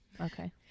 okay